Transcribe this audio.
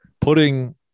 putting